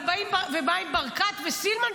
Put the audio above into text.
אבל מה עם ברקת וסילמן,